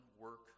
work